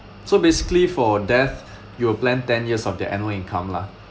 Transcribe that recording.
so basically for death you will plan ten years of their annual income lah